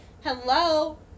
hello